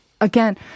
again